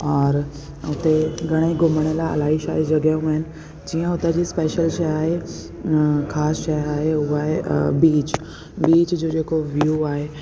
और उते घणेई घुमण लाइ इलाही शारी जॻहियूं आहिनि जीअं उतांजी स्पेशल शइ आहे अ ख़ासि शइ आहे उहा आहे बीच बीच जो जेको व्यू आहे